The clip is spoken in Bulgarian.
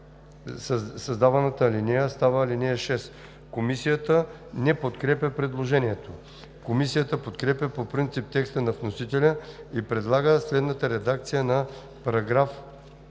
създаваната алинея става ал. 6.“ Комисията не подкрепя предложението. Комисията подкрепя по принцип текста на вносителя и предлага следната редакция на § 2: „§ 2.